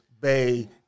Bay